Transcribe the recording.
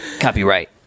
Copyright